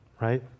right